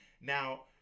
Now